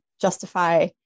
justify